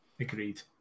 Agreed